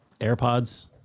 AirPods